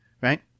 right